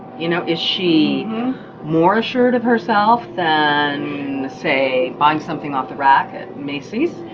you know, is she more assured of herself than say buying something off the rack at macy's?